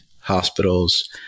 hospitals